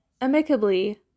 amicably